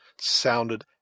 sounded